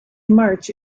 march